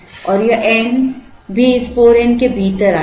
और यह n भी इस 4 n के भीतर आएगा